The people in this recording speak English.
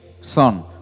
son